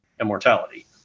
Immortality